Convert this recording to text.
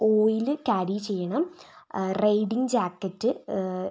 oil carry ചെയ്യണം riding jacket